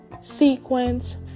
sequence